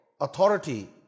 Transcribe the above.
authority